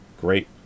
Great